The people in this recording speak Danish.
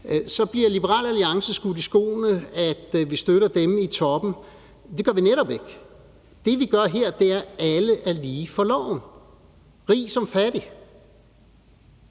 Så bliver Liberal Alliance skudt i skoene, at vi støtter dem i toppen. Det gør vi netop ikke. Det, vi gør her, er, at alle er lige for loven, rig som fattig.